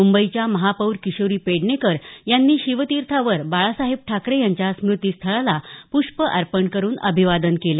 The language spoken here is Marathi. मुंबईच्या महापौर किशोरी पेडणेकर यांनी शिवतीर्थावर बाळासाहेब ठाकरे यांच्या स्मृतिस्थळाला पृष्प अर्पण करून अभिवादन केले